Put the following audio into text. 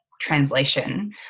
translation